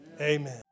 amen